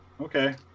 okay